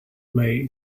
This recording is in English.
lay